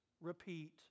repeat